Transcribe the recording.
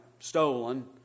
stolen